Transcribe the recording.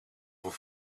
voor